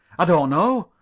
i don't know.